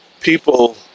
people